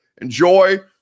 Enjoy